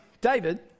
David